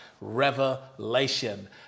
revelation